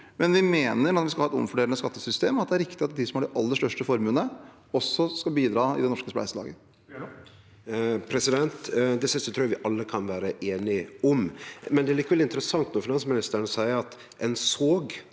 Men vi mener – når vi skal ha et omfordelende skattesystem – at det er riktig at de som har de aller største formuene, også skal bidra i det norske spleiselaget. Alfred Jens Bjørlo (V) Det siste trur eg vi alle kan vere einige om. Men det er likevel interessant at finansministeren seier at ein såg